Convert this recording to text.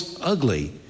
ugly